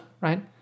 right